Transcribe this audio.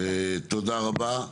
תודה רבה.